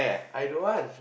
I don't want